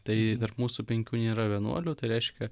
tai tarp mūsų penkių nėra vienuolių tai reiškia